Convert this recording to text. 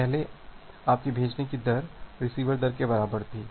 तो पहले आपकी भेजने की दर रिसीवर दर के बराबर थी